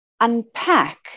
unpack